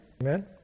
Amen